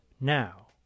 Now